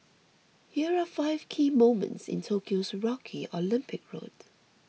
here are five key moments in Tokyo's rocky Olympic road